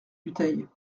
dutheil